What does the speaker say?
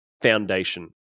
foundation